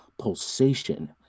pulsation